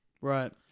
Right